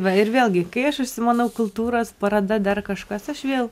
va ir vėlgi kai aš užsimanau kultūros paroda dar kažkas aš vėl